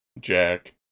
Jack